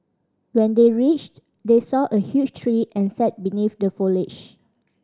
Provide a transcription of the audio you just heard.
when they reached they saw a huge tree and sat beneath the foliage